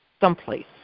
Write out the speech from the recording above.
someplace